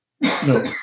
no